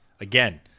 again